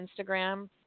Instagram